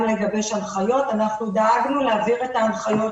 גם לגבי הנחיות - אנחנו דאגנו להעביר את ההנחיות